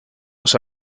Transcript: los